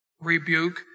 rebuke